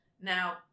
Now